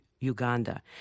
Uganda